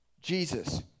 Jesus